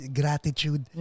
gratitude